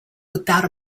without